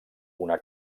una